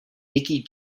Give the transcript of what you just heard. nicky